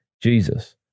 Jesus